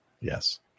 Yes